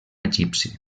egipci